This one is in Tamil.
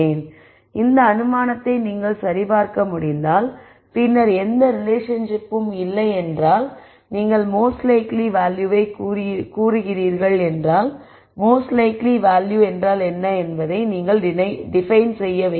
எனவே இந்த அனுமானத்தை நீங்கள் சரிபார்க்க முடிந்தால் பின்னர் எந்த ரிலேஷன்ஷிப்பும் இல்லை என்றால் நீங்கள் மோஸ்ட் லைக்லி வேல்யூவை கூறுகிறீர்கள் என்றால் மோஸ்ட் லைக்லி வேல்யூ என்றால் என்ன என்பதை நீங்கள் டிபைன் செய்ய வேண்டும்